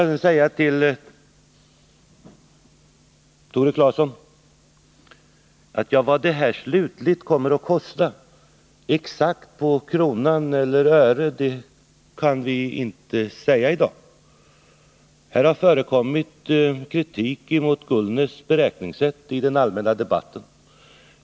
Jag vill säga till Tore Claeson, att vad detta slutligen kommer att kosta exakt på kronan eller öret vet vi inte i dag. Det har i den allmänna debatten förekommit kritik mot Ingvar Gullnäs beräkningssätt.